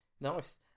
Nice